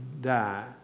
die